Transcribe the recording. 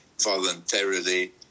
voluntarily